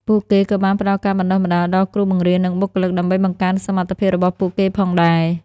ពួកគេក៏បានផ្តល់ការបណ្តុះបណ្តាលដល់គ្រូបង្រៀន និងបុគ្គលិក ដើម្បីបង្កើនសមត្ថភាពរបស់ពួកគេផងដែរ។